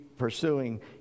pursuing